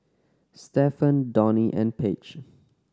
Stephon Donie and Paige